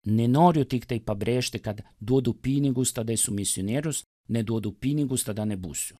nenoriu tiktai pabrėžti kad duodu pinigus tada esu misionierius neduodu pinigus tada nebūsiu